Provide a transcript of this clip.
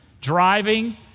driving